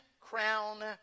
crown